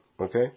Okay